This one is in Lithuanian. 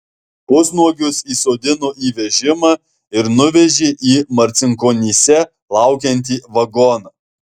pusnuogius įsodino į vežimą ir nuvežė į marcinkonyse laukiantį vagoną